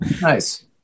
Nice